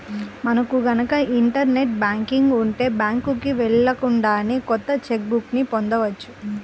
మనకు గనక internet banking ఉంటే బ్యాంకుకి వెళ్ళకుండానే కొత్త చెక్ బుక్ ని పొందవచ్చు